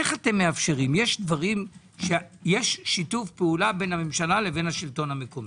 יש דברים שיש שיתוף פעולה בין הממשלה לשלטון המקומי.